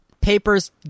papers